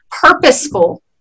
purposeful